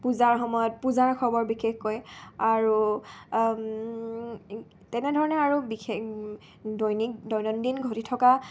পূজাৰ সময়ত পূজাৰ খবৰ বিশেষকৈ আৰু তেনেধৰণে আৰু বিশেষ দৈনিক দৈনন্দিন ঘটি থকা